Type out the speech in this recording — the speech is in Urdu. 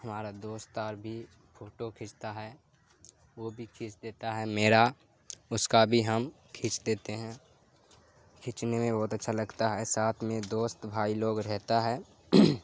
ہمارا دوست اور بھی فوٹو کھینچتا ہے وہ بھی کھینچ دیتا ہے میرا اس کا بھی ہم کھینچ دیتے ہیں کھینچنے میں بہت اچھا لگتا ہے ساتھ میں دوست بھائی لوگ رہتا ہے